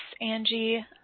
Angie